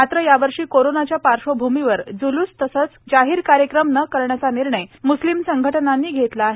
मात्र यावर्षी कोरोनाच्या पार्श्वभूमीवर जुलूस तसेच जाहीर कार्यक्रम न करण्याचा निर्णय मुस्लिम संघटनांनी घेतला आहे